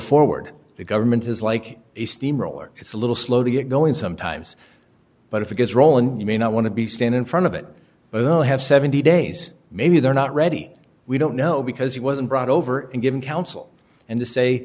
forward the government has like a steamroller it's a little slow to get going sometimes but if it gets rolling you may not want to be stand in front of it oh i have seventy days maybe they're not ready we don't know because he wasn't brought over and given counsel and to say